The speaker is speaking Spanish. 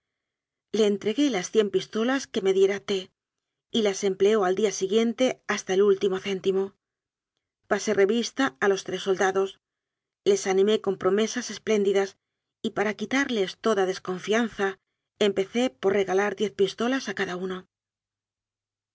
le entregué las cien pistolas que me diera t y las empleó al día siguiente hasta el último céntimo pasé revista a los tres soldados les animé con promesas espléndidas y para quitarles toda desconfianza empecé por re galar diez pistolas a cada uno